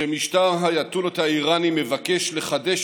כשמשטר האייתוללות האיראני מבקש לחדש